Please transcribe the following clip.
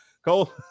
Cole